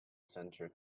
center